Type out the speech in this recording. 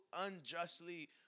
unjustly